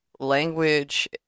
language